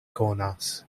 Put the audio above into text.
konas